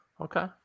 Okay